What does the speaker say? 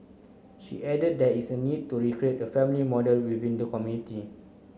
she added that is a need to recreate a family model within the community